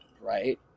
right